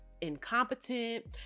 incompetent